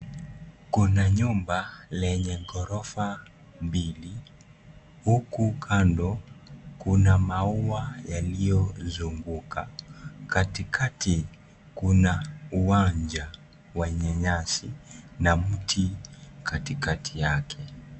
Kuna nyumba lenye gorofa mbili huku kando kuna maua yaliyozunguka, katikati kuna uwanja wenye nyasi na mti katikati yake.